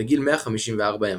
בגיל 154 ימים,